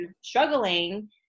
struggling